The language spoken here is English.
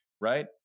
right